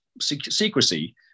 secrecy